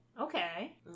Okay